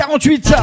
48